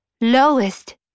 lowest